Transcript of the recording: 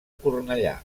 cornellà